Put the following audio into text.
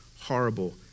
horrible